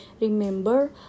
Remember